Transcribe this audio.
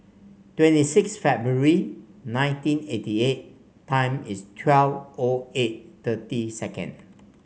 twenty six February nineteen eighty eight time is twelve O eight thirty second